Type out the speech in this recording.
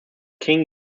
king